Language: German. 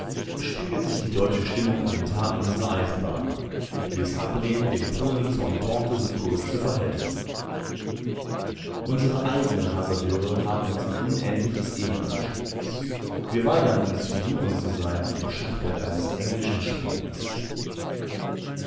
spiegelt sich die deutsche stimmung in den taten unserer eisenbahner die es ablehnen den polen zu ententesukkurs zu verhelfen unsere eigenen hasardeure haben uns in unendliches elend verstrickt wir weigern uns figuren zu sein auf dem schachbrett eines englischen spielers